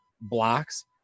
blocks